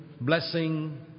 blessing